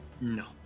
No